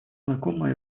знакома